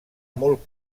molt